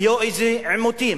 יהיו איזה עימותים.